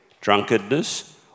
drunkenness